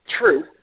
True